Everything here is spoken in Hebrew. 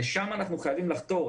לשם אנחנו חייבים לחתור.